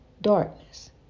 darkness